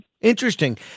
Interesting